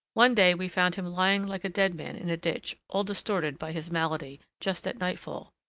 one day we found him lying like a dead man in a ditch, all distorted by his malady, just at nightfall.